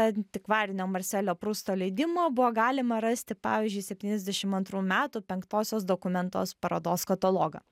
antikvarinio marselio prusto leidimo buvo galima rasti pavyzdžiui septyniasdešim antrų metų penktosios dokumentos parodos katalogą